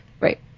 Right